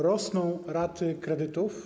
Rosną raty kredytów.